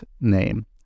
name